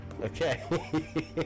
Okay